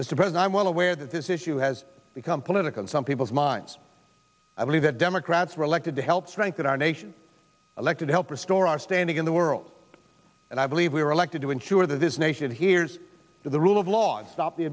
that suppose i'm well aware that this issue has become political some people's minds i believe that democrats were elected to help strengthen our nation elected help restore our standing in the world and i believe we are elected to ensure that this nation hears the rule of law and stop the